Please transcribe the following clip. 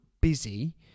busy